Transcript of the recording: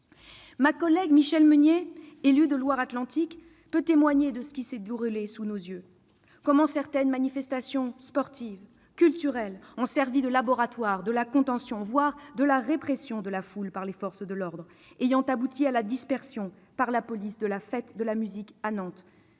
Ma collègue Michelle Meunier, élue de la Loire-Atlantique, peut témoigner de ce qui s'est déroulé sous nos yeux : comment certaines manifestations sportives ou culturelles ont servi de laboratoire de la contention, voire de la répression de la foule par les forces de l'ordre, la police finissant, à Nantes, par disperser la Fête de la musique par des